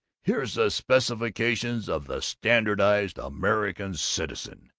here's the specifications of the standardized american citizen!